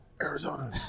Arizona